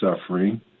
suffering